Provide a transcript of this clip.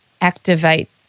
activate